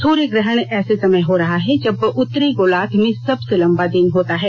सूर्य ग्रहण ऐसे समय हो रहा है जब उत्तरी गोलार्ध में सबसे लंबा दिन होता है